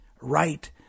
right